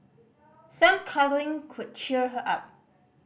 some cuddling could cheer her up